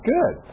Good